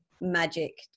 magic